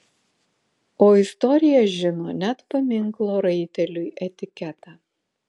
o istorija žino net paminklo raiteliui etiketą